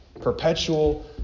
perpetual